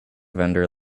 vendor